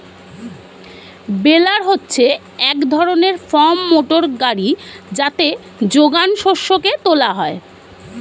বেলার হচ্ছে এক ধরনের ফার্ম মোটর গাড়ি যাতে যোগান শস্যকে তোলা হয়